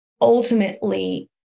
ultimately